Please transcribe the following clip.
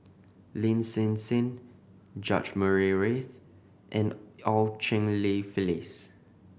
Lin Hsin Hsin George Murray Reith and Eu Cheng Li Phyllis